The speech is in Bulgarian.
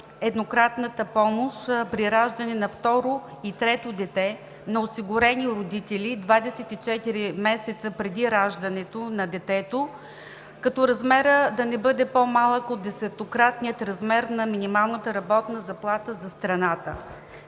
еднократната помощ при раждане на второ и трето дете на осигурени родители 24 месеца преди раждането на детето, като размерът да не бъде по-малък от десетократния размер на минималната работна заплата за страната.